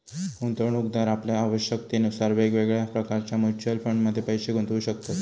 गुंतवणूकदार आपल्या आवश्यकतेनुसार वेगवेगळ्या प्रकारच्या म्युच्युअल फंडमध्ये पैशे गुंतवू शकतत